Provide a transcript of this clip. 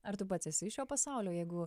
ar tu pats esi iš šio pasaulio jeigu